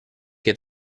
que